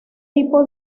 tipo